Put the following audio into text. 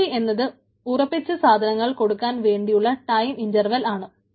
tp എന്നത് ഉറപ്പിച്ച സാധനങ്ങൾ കൊടുക്കാൻ വേണ്ടിയുള്ള ടൈം ഇൻറർവൽ ആണ്